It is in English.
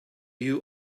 you